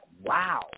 wow